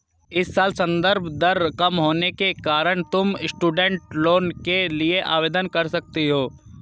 इस साल संदर्भ दर कम होने के कारण तुम स्टूडेंट लोन के लिए आवेदन कर सकती हो